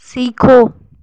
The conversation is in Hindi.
सीखो